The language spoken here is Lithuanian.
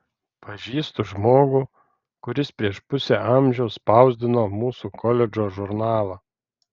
pažįstu žmogų kuris prieš pusę amžiaus spausdino mūsų koledžo žurnalą